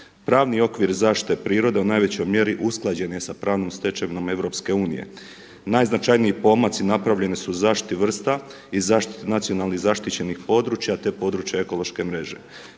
Pravni okvir zaštite prirode u najvećoj mjeri usklađen je sa pravom stečevinom EU. Najznačajniji pomaci napravljeni su u zaštiti vrsta i zaštiti nacionalnih zaštićenih područja te područja ekološke mreže.